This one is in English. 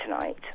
tonight